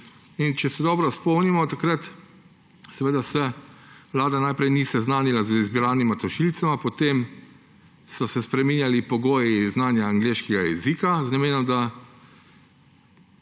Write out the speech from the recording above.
In če se dobro spomnimo, takrat seveda se vlada najprej ni seznanila z izbranima tožilcema, potem so se spreminjali pogoji znanja angleškega jezika z namenom, da